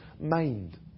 mind